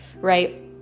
right